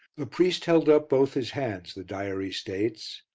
the priest held up both his hands, the diary states,